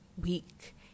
week